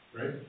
right